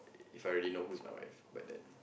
If I already know who's my wife by then